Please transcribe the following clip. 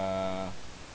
ah